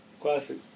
Classic